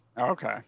okay